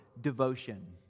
devotion